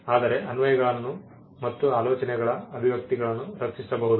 ಆದರೆ ಅನ್ವಯಗಳನ್ನು ಮತ್ತು ಆಲೋಚನೆಗಳ ಅಭಿವ್ಯಕ್ತಿಗಳನ್ನು ರಕ್ಷಿಸಬಹುದು